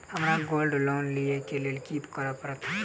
हमरा gold loan लिय केँ लेल की करऽ पड़त?